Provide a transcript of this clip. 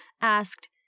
asked